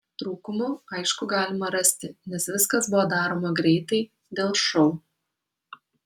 trūkumų aišku galima rasti nes viskas buvo daroma greitai dėl šou